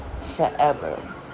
forever